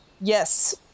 yes